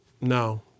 No